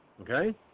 Okay